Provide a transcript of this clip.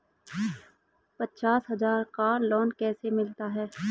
पचास हज़ार का लोन कैसे मिलता है?